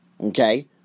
Okay